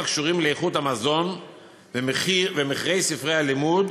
הקשורים באיכות המזון ומחירי ספרי הלימוד